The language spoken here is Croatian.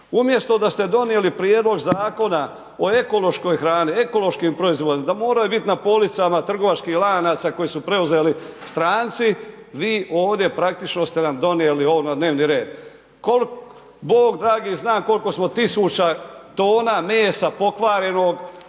Umjesto da ste donijeli prijedlog zakona o ekološkoj hrani, o ekološkim proizvodima da moraju biti na policama trgovačkih lanaca koji su preuzeli stranci, vi ovdje praktički ste nam donijeli ovo na dnevni red. Bog dragi zna koliko smo tisuća tona mesa pokvarenog